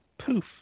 poof